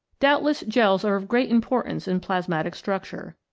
doubtless gels are of great importance in plasmatic structure.